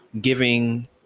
giving